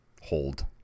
hold